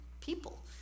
people